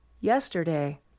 yesterday